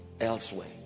Elsewhere